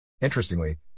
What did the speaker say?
Interestingly